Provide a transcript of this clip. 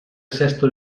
sesto